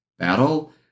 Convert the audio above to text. battle